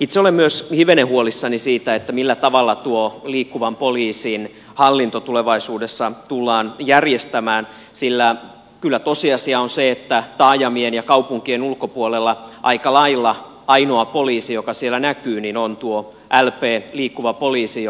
itse olen myös hivenen huolissani siitä millä tavalla tuo liikkuvan poliisin hallinto tulevaisuudessa tullaan järjestämään sillä kyllä tosiasia on se että taajamien ja kaupunkien ulkopuolella aika lailla ainoa poliisi joka siellä näkyy on tuo lp liikkuva poliisi